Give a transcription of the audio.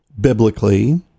biblically